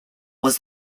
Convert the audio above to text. was